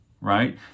Right